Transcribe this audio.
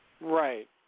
Right